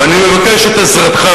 ואני מבקש את עזרתך,